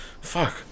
fuck